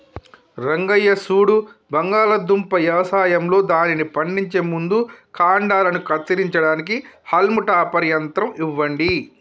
రంగయ్య సూడు బంగాళాదుంప యవసాయంలో దానిని పండించే ముందు కాండలను కత్తిరించడానికి హాల్మ్ టాపర్ యంత్రం ఇవ్వండి